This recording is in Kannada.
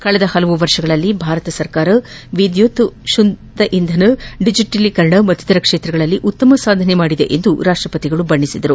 ಕಳೆದ ಹಲವು ವರ್ಷಗಳಲ್ಲಿ ಭಾರತ ಸರ್ಕಾರ ವಿದ್ಯುತ್ ಶುದ್ದ ಇಂಧನ ಡಿಜಿಟಲೀಕರಣ ಮತ್ತಿತರ ಕ್ಷೇತ್ರಗಳಲ್ಲಿ ಉತ್ತಮ ಸಾಧನೆ ಮಾಡಿದೆ ಎಂದು ರಾಷ್ಟಪತಿ ಹೇಳಿದರು